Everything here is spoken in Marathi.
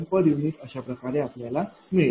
u अशाप्रकारे आपल्याला मिळेल